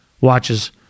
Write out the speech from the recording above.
watches